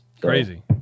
Crazy